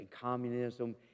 communism